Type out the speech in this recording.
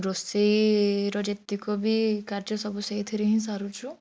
ରୋଷେଇର ଯେତିକି ବି କାର୍ଯ୍ୟ ସବୁ ସେଇଥିରେ ହିଁ ସାରୁଛୁ